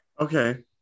Okay